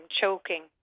choking